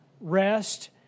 rest